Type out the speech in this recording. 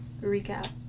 recap